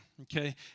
Okay